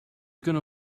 gonna